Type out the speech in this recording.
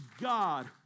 God